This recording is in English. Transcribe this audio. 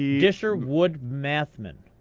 yeah disherwoodmathman.